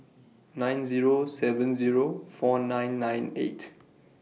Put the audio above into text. nine Zero seven Zero four nine eight